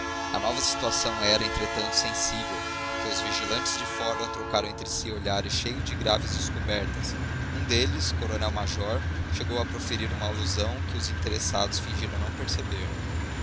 a nova situação era entretanto sensível porque os vigilantes de fora trocaram entre si olhares cheios de graves descobertas um deles o coronel major chegou a proferir uma alusão que os interessados fingiram não perceber